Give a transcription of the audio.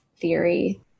theory